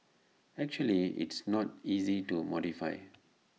actually it's not easy to modify